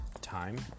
time